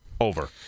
Over